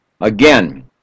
again